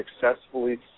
successfully